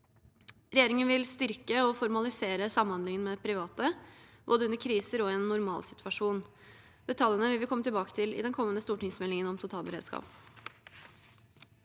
Regjeringen vil styrke og formalisere samhandlingen med private, både under kriser og i en normalsituasjon. Detaljene vil vi komme tilbake til i den kommende stortingsmeldingen om totalberedskap.